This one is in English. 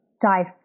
dive